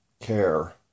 care